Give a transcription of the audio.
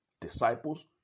disciples